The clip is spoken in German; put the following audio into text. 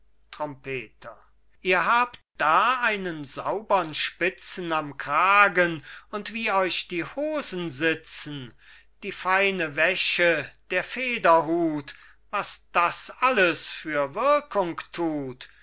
trompeter ihr habt da einen saubern spitzen am kragen und wie euch die hosen sitzen die feine wäsche der federhut was das alles für wirkung tut